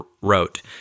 wrote